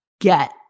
get